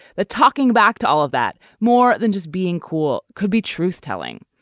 the talking back to all of that more than just being cool could be truth telling.